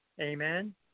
Amen